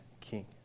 King